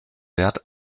wert